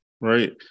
right